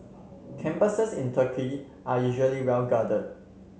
campuses in Turkey are usually well guarded